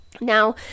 Now